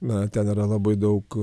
na ten yra labai daug